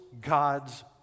God's